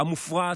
המופרעת,